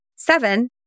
Seven